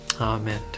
Amen